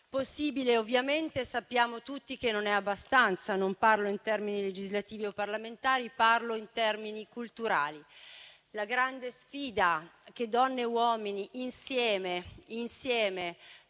possibile. Ovviamente sappiamo tutti che non è abbastanza; non parlo in termini legislativi o parlamentari, ma parlo in termini culturali. La grande sfida che donne e uomini insieme devono